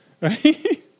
right